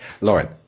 lauren